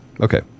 Okay